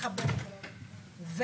לחלופין א'.